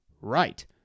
Right